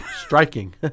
striking